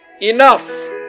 enough